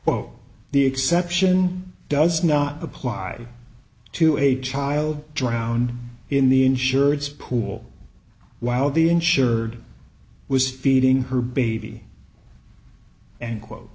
the exception does not apply to a child drowned in the insurance pool while the insured was feeding her baby and quote